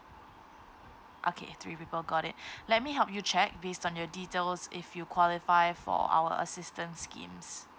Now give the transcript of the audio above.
okay three people got it let me help you check based on your details if you qualify for our assistance schemes